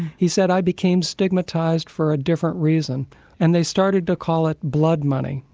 he said, i became stigmatised for a different reason and they started to call it blood money,